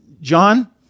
John